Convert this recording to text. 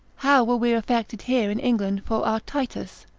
how were we affected here in england for our titus,